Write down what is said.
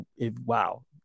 wow